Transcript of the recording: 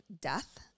Death